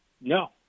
no